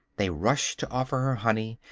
they rush to offer her honey,